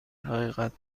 حقیقت